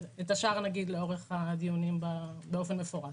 את השאר נגיד לאורך הדיונים באופן מפורט.